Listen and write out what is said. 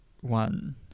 one